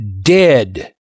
dead